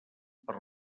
per